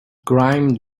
grime